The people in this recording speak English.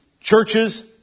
churches